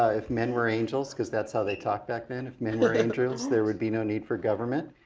ah if men were angels, cuz that's how they talked back then if men were angels, there'd be no need for government.